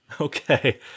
Okay